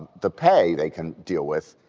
the pay they can deal with,